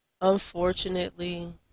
Unfortunately